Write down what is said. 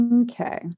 Okay